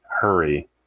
hurry